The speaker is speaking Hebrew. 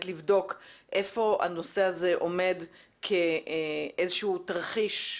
לבדוק איפה הנושא הזה עומד כאיזשהו תרחיש,